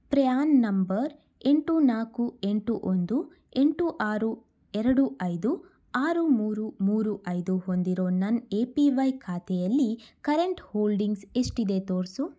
PRAN number ಎಂಟು ನಾಲ್ಕು ಎಂಟು ಒಂದು ಎಂಟು ಆರು ಎರಡು ಐದು ಆರು ಮೂರು ಮೂರು ಐದು ಹೊಂದಿರೋ ನನ್ನ ಎ ಪಿ ವೈ ಖಾತೆಯಲ್ಲಿ ಕರೆಂಟ್ ಹೋಲ್ಡಿಂಗ್ಸ್ ಎಷ್ಟಿದೆ ತೋರಿಸು